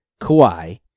Kawhi